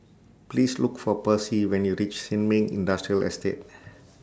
Please Look For Percy when YOU REACH Sin Ming Industrial Estate